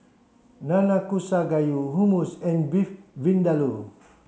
Nanakusa Gayu Hummus and Beef Vindaloo